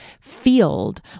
field